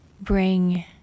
bring